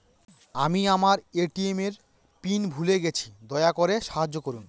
আমি আমার ATM pin ভুলে গেছি, দয়া করে সাহায্য করুন